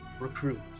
recruit